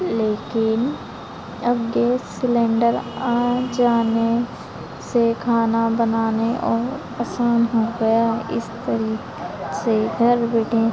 लेकिन अब gas cylinder आ जाने से खाना बनाने और आसान हो गया इस तरीके से घर बैठे